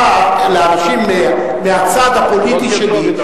באים אנשים מהצד הפוליטי שלי,